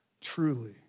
Truly